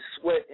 sweat